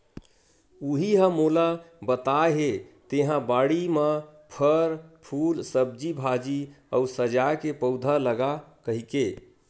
उहीं ह मोला बताय हे तेंहा बाड़ी म फर, फूल, सब्जी भाजी अउ सजाय के पउधा लगा कहिके